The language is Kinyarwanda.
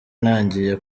ntangiye